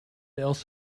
else